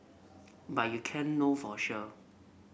but you can't know for sure